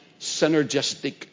synergistic